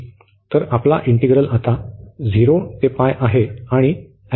तर आपला इंटिग्रल आता 0 ते आहे